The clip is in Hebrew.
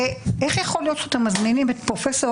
איך יכול להיות שאתם לא מקשיבים אחרי שמזמינים את פרופסור